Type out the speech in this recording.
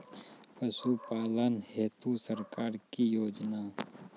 पशुपालन हेतु सरकार की योजना?